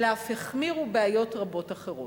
אלא אף החמירו בעיות רבות אחרות.